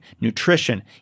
nutrition